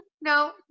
no